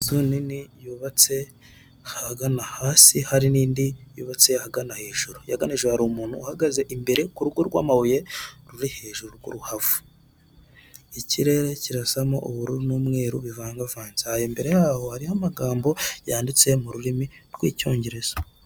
Inzu nini yubatse ahagana hasi, hari n'indi yubatse ahagana hejuru. Ahagana hejuru hari umuntu uhagaze imbere ku rugo rw'amabuye ruri hejuru, rw'uruhavu. Ikirere kirasamo ubururu n'umweru bivangavanze. Aho imbere yaho, hariho amagambo yanditse mu rurimi rw'icyongereza.